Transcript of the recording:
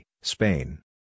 Spain